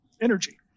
energy